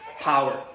power